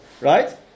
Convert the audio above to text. right